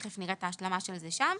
ותיכף נראה את ההשלמה של זה שם,